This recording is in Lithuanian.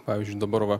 pavyzdžiui dabar va